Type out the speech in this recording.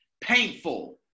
painful